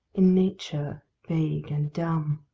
in nature vague and dumb.